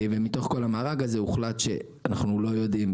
מתוך כל המארג הזה הוחלט שאנחנו לא יודעים,